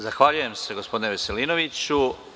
Zahvaljujem se gospodine Veselinoviću.